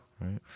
Right